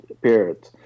period